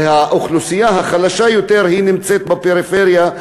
האוכלוסייה החלשה יותר נמצאת בפריפריה,